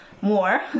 more